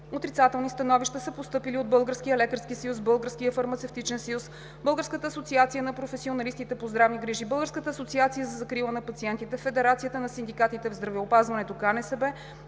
Отрицателни становища са постъпили от Българския лекарски съюз, Българския фармацевтичен съюз, Българската асоциация на професионалистите по здравни грижи, Българската асоциация за закрила на пациентите, Федерацията на синдикатите в здравеопазването – КНСБ.